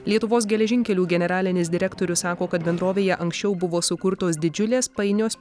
lietuvos geležinkelių generalinis direktorius sako kad bendrovėje anksčiau buvo sukurtos didžiulės painios